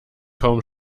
kaum